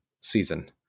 season